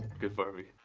good barby.